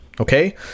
okay